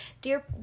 Dear